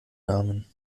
namen